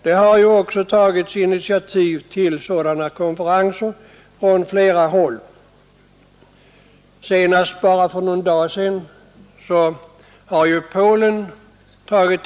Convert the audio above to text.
Det har också tagits initiativ till sådana konferenser från flera håll, senast — bara för någon dag sedan — av Polen.